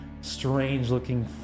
strange-looking